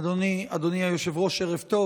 אדוני היושב-ראש, ערב טוב.